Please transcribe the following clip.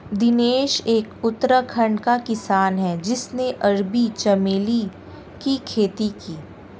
दिनेश एक उत्तराखंड का किसान है जिसने अरबी चमेली की खेती की